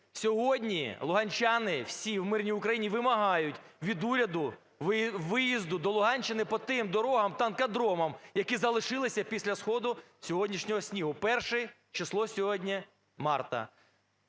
Сьогодні луганчани всі у мирній Україні вимагають від уряду виїзду до Луганщини по тим дорогам-танкодромам, які залишилися після сходу сьогоднішнього снігу – перше число сьогодні марта.